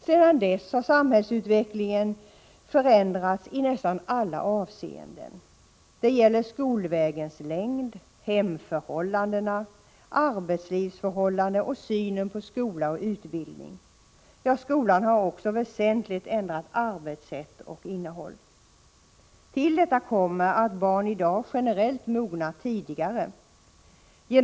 Sedan dess har samhällsutvecklingen förändrats i nästan alla avseenden, t.ex. när det gäller skolvägens längd, hemförhållandena, arbetslivsförhållandena och synen på skola och utbildning. Skolan har också väsentligt ändrat arbetssätt och innehåll. Till detta kommer att barn i dag generellt mognar tidigare än förr.